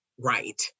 right